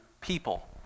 people